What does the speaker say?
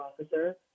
officer